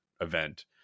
event